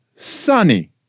Sunny